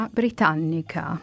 britannica